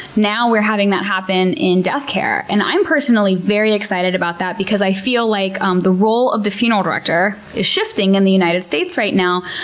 now we're having that happen in death care. and i'm personally very excited about that because i feel like um the role of the funeral director is shifting in the united states right now.